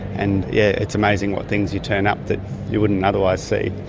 and yeah it's amazing what things you turn up that you wouldn't otherwise see.